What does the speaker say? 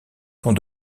dans